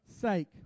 sake